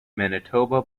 manitoba